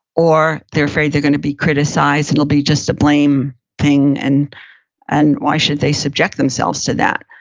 or they're afraid they're gonna be criticized and it'll be just a blame thing and and why should they subject themselves to that?